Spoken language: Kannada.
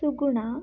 ಸುಗುಣ